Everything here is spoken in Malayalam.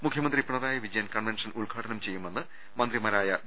മുഖ്യമന്ത്രി പിണറായി വിജയൻ കൺവെൻഷൻ ഉദ്ഘാടനം ചെയ്യു മെന്ന് മന്ത്രിമാരായ വി